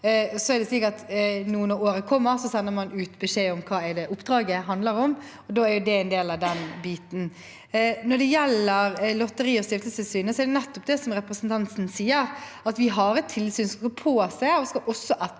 når årsskiftet kommer, sender man ut beskjed om hva oppdraget handler om, og da er det en del av den biten. Når det gjelder Lotteri- og stiftelsestilsynet, er det nettopp som representanten sier, at vi har et tilsyn som skal påse og også